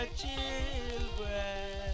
children